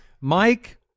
mike